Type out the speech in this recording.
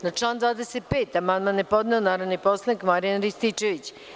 Na član 25. amandman je podneo narodni poslanik Marijan Rističević.